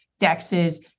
DEXs